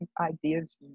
ideas